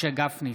משה גפני,